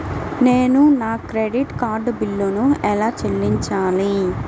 నేను నా credit card బిల్లును ఎలా చెల్లించాలీ?